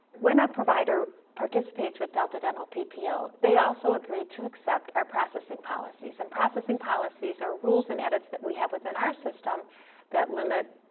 when a provider participates with delta dental ppo, they also agree to accept our processing policies, and processing policies are rules and edits that we have within our system that limit